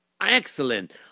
excellent